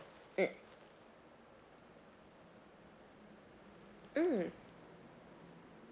mm mm